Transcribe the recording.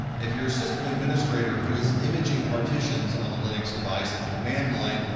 if you're a system administrator who is imaging partitions on a linux device at the command line,